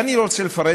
ואני לא רוצה לפרט,